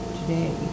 today